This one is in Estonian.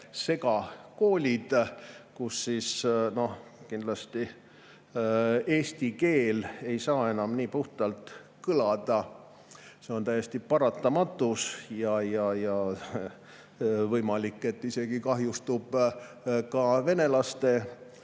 segakoolid, kus kindlasti eesti keel ei saa enam nii puhtalt kõlada. See on täiesti paratamatus. Ja on võimalik, et kahjustub isegi vene laste